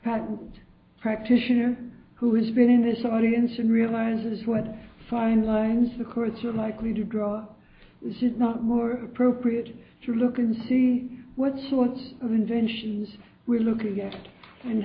patent practitioner who has been in this audience and realizes what fine lines the courts are likely to draw this is not more appropriate to look and see what sorts of inventions we're looking at and